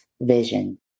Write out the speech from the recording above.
vision